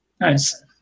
nice